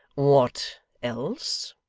what else